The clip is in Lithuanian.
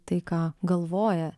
tai ką galvoja